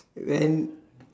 than